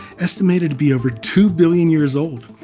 estimated to be over two billion years old!